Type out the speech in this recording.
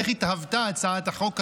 איך התהוותה הצעת החוק הזו.